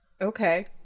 Okay